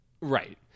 Right